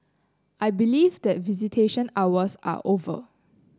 I believe that visitation hours are over